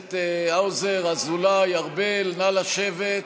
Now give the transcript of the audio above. הכנסת האוזר, אזולאי, ארבל, נא לשבת.